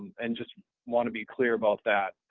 and just want to be clear about that,